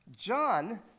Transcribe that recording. John